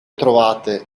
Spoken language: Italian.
trovate